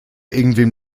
irgendwem